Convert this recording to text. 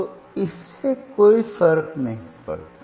तो इससे कोई फर्क नहीं पड़ता